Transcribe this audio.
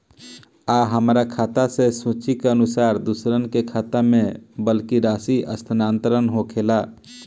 आ हमरा खाता से सूची के अनुसार दूसरन के खाता में बल्क राशि स्थानान्तर होखेला?